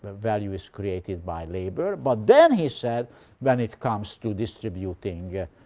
value is created by labor. but then he said when it comes to distributing yeah